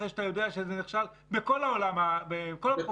אחרי שאתה יודע שזה נכשל בכל העולם בכל התחומים?